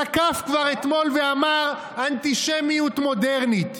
תקף כבר אתמול ואמר: אנטישמיות מודרנית,